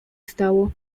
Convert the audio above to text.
stało